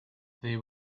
they